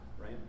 right